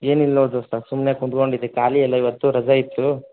ಏನಿಲ್ಲ ದೋಸ್ತ ಸುಮ್ಮನೆ ಕೂತ್ಕೊಂಡಿದ್ದೆ ಖಾಲಿ ಅಲ್ಲ ಇವತ್ತು ರಜಾ ಇತ್ತು